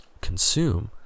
consume